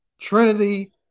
Trinity